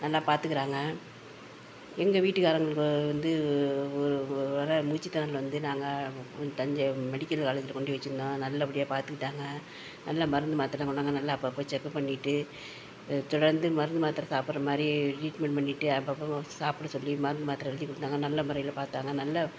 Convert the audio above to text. நல்லா பார்த்துக்கறாங்க எங்கள் வீட்டு காரங்களுக்கு வந்து ஒரு ஒரு முறை மூச்சித்திணரல் வந்து நாங்கள் தஞ்சை மெடிக்கல் காலேஜில் கொண்டி வச்சிருந்தோம் நல்லப்படிய பார்த்துக்கிட்டாங்க நல்ல மருந்து மாத்திரைலாம் கொண்டாந்து நல்லா அப்பப்போ செக்கப் பண்ணிவிட்டு தொடர்ந்து மருந்து மாத்திரை சாப்பிடுற மாதிரி ட்ரீட்மெண்ட் பண்ணிவிட்டு அப்பப்போ சாப்பிட சொல்லி மருந்து மாத்திரை வரைக்கும் கொடுத்தாங்க நல்ல முறையில் பார்த்தாங்க நல்ல